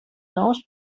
nous